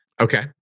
Okay